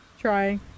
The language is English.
trying